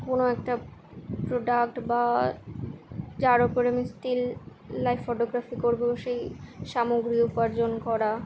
কোনো একটা প্রোডাক্ট বা যার উপরে আমি স্টিল লাইফ ফোটোগ্রাফি করব সেই সামগ্রী উপার্জন করা